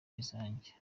izanjye